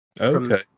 Okay